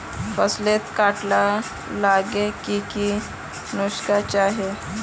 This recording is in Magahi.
फसलोत किट लगाले की की नुकसान होचए?